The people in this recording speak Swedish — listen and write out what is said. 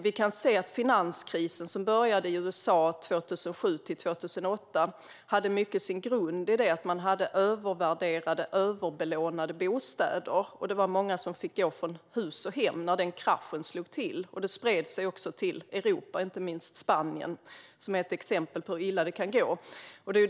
Vi kan se att finanskrisen som började i USA 2007 mycket hade sin grund i att man hade övervärderade och överbelånade bostäder. Det var många som fick gå från hus och hem när kraschen slog till. Det spred sig sedan till Europa, inte minst till Spanien, som är ett exempel på hur illa det kan gå.